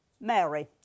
Mary